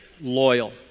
loyal